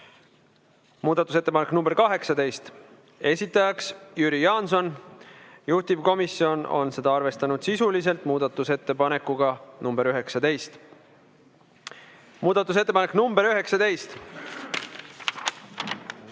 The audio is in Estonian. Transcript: Muudatusettepanek nr 18, esitajaks Jüri Jaanson, juhtivkomisjon on seda arvestanud sisuliselt muudatusettepanekuga nr 19. Muudatusettepanek nr 19,